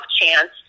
chance